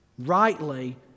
rightly